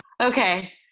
okay